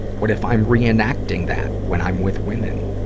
what if i'm re-enacting that when i'm with women?